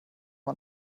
man